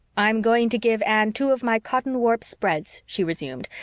i'm going to give anne two of my cotton warp spreads, she resumed.